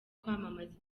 kwamamaza